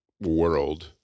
world